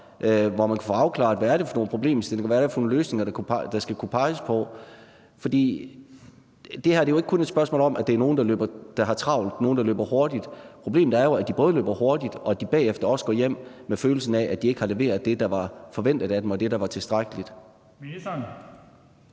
hvor man får afklaret, hvad det er for nogle problemstillinger, hvad det er for nogle løsninger, der skulle kunne peges på. For det her er jo ikke kun et spørgsmål om, at det er nogle, der har travlt og løber hurtigt; problemet er jo, at de både løber hurtigt, og at de bagefter også går hjem med følelsen af, at de ikke har leveret det, der var forventet af dem, og det, der var tilstrækkeligt.